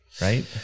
right